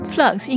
Flux